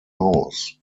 haus